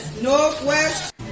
Northwest